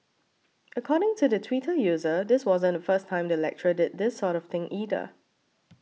according to the Twitter user this wasn't the first time the lecturer did this sort of thing either